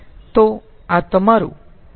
તો આ તમારૂ Qin છે